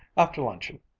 after luncheon,